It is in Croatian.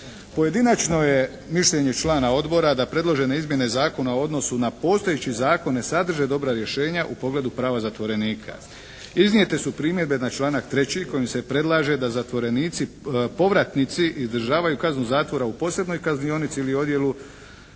Pojedinačno je mišljenje člana odbora da predložene izmjene zakona u odnosu na postojeći zakon ne sadrže dobra rješenja u pogledu prava zatvorenika. Iznijete su primjedbe na članak 3. kojim se predlaže da zatvorenici povratnici izdržavaju kaznu zatvora u posebnoj kaznionici ili odjelu.